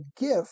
gift